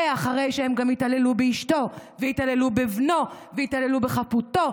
זה אחרי שהם גם התעללו באשתו והתעללו בבנו והתעללו בחפותו,